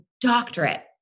doctorate